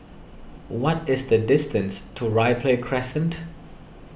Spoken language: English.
what is the distance to Ripley Crescent